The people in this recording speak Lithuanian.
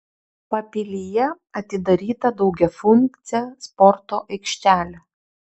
papilyje atidaryta daugiafunkcė sporto aikštelė